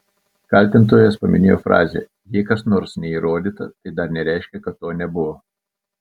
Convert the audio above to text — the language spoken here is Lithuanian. kaltintojas paminėjo frazę jei kas nors neįrodyta tai dar nereiškia kad to nebuvo